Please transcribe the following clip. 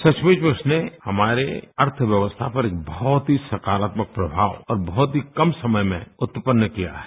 सबमूव में उसने हमारे अर्थव्यवस्था पर बहुत ही सकारात्मक प्रभाव और बहुत ही कम समय में उत्पन्न किया है